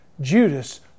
Judas